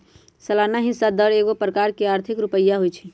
सलाना हिस्सा दर एगो प्रकार के आर्थिक रुपइया होइ छइ